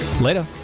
Later